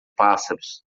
pássaros